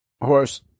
Horse